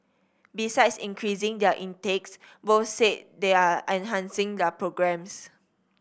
besides increasing their intakes both said they are enhancing their programmes